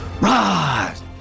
rise